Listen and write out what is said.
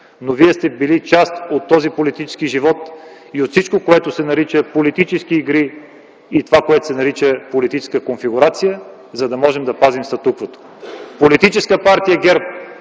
но вие сте били част от този политически живот и от всичко, което се нарича политически игри и политическа конфигурация, за да можем да пазим статуквото. Политическа партия ГЕРБ